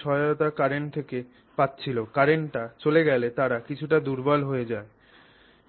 তারা কিছু সহায়তা কারেন্ট থেকে পাচ্ছিল কারেন্টটি চলে গেলে তারা কিছুটা দুর্বল হয়